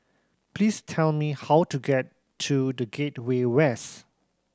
please tell me how to get to The Gateway West